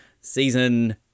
season